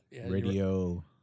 radio